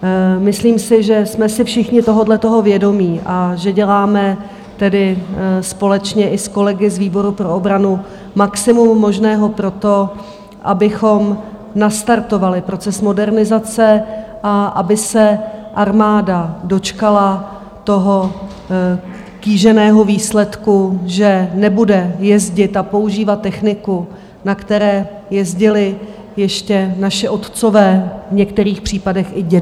Myslím si, že jsme si všichni tohoto vědomi a že děláme tedy společně i s kolegy z výboru pro obranu maximum možného pro to, abychom nastartovali proces modernizace a aby se armáda dočkala toho kýženého výsledku, že nebude jezdit a používat techniku, ve které jezdili ještě naši otcové, v některých případech i dědové.